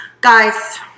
Guys